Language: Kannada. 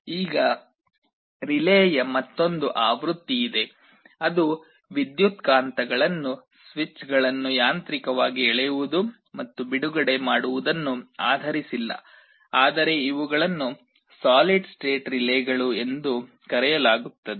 ಈಗ ರಿಲೇಯ ಮತ್ತೊಂದು ಆವೃತ್ತಿಯಿದೆ ಅದು ವಿದ್ಯುತ್ಕಾಂತಗಳನ್ನು ಸ್ವಿಚ್ಗಳನ್ನು ಯಾಂತ್ರಿಕವಾಗಿ ಎಳೆಯುವುದು ಮತ್ತು ಬಿಡುಗಡೆ ಮಾಡುವುದನ್ನು ಆಧರಿಸಿಲ್ಲ ಆದರೆ ಇವುಗಳನ್ನು ಸಾಲಿಡ್ ಸ್ಟೇಟ್ ರಿಲೇಗಳು ಎಂದು ಕರೆಯಲಾಗುತ್ತದೆ